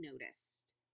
noticed